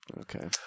Okay